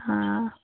آ